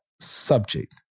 subject